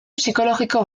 psikologiko